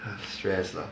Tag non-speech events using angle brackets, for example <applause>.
<noise> stress lah